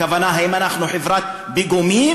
הכוונה: האם אנחנו חברת פיגומים,